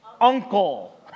uncle